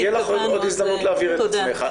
תהיה לך עוד הזדמנות להבהיר את עצמך.